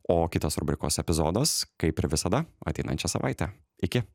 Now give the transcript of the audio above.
o kitas rubrikos epizodas kaip ir visada ateinančią savaitę iki